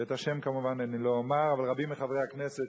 ואת השם כמובן לא אומר, אבל רבים מחברי הכנסת